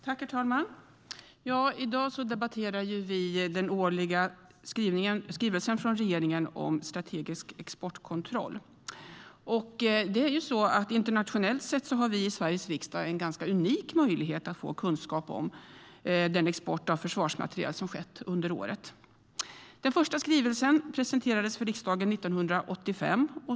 Herr talman! I dag debatterar vi den årliga skrivelsen från regeringen om strategisk exportkontroll. Internationellt sett har vi i Sveriges riksdag en ganska unik möjlighet att få kunskap om den export av försvarsmateriel som skett under året. Den första skrivelsen presenterades för riksdagen 1985.